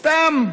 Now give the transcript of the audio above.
סתם,